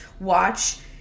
watch